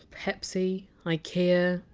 pepsi! ikea!